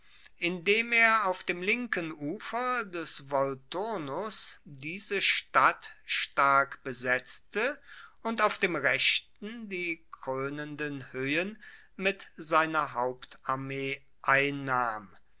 indem er auf dem linken ufer des volturnus diese stadt stark besetzte und auf dem rechten die kroenenden hoehen mit seiner hauptarmee einnahm